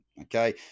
okay